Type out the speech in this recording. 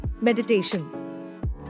Meditation